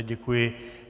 Děkuji.